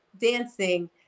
dancing